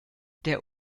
der